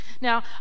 Now